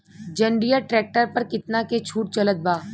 जंडियर tractor पर कितना के छूट चलत बा?